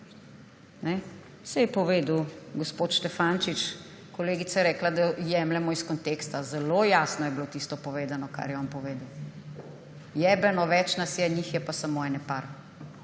Saj je povedal gospod Štefančič − kolegica je rekla, da jemljemo iz konteksta − zelo jasno je bilo tisto povedano, kar je on povedal: »Jebeno več nas je, njih je pa samo ene par.«